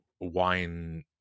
wine